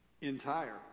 Entire